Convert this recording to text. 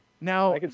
now